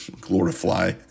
Glorify